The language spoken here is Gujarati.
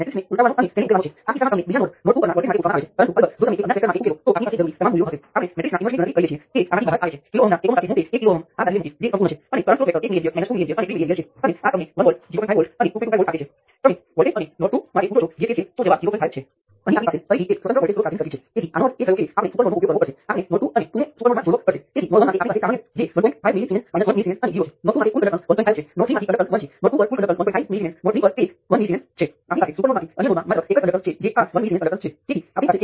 તેથી જો હું ડાબી બાજુથી તમામ અજ્ઞાતને લઉં તો મને કરંટ નિયંત્રિત સ્ત્રોત માટે સમીકરણ મળશે જે I1 × 1 K I2 K × I3 0 છે